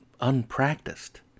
unpracticed